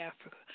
Africa